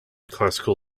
classical